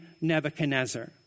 Nebuchadnezzar